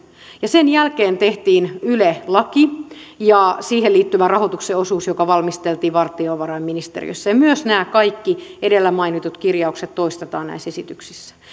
ja sen jälkeen tehtiin yle laki ja siihen liittyvä rahoituksen osuus joka valmisteltiin valtiovarainministeriössä ja myös nämä kaikki edellä mainitut kirjaukset toistetaan näissä esityksissä